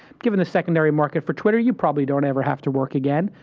given a secondary market for twitter, you probably don't ever have to work again,